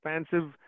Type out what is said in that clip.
expansive